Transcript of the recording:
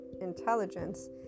intelligence